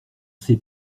sait